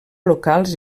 locals